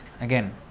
Again